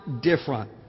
different